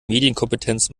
medienkompetenz